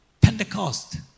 Pentecost